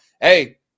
hey